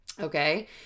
okay